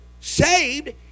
Saved